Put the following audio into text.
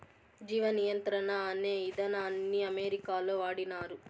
జీవ నియంత్రణ అనే ఇదానాన్ని అమెరికాలో వాడినారు